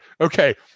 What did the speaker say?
okay